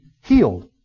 healed